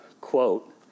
quote